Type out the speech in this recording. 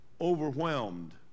overwhelmed